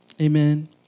Amen